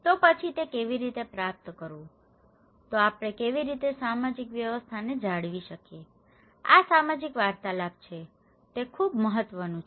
તો પછી તે કેવી રીતે પ્રાપ્ત કરવું તો આપણે કેવી રીતે સામાજિક વ્યવસ્થાને જાળવી શકીએ આ સામાજિક વાર્તાલાપ છે તે ખૂબ મહત્વનું છે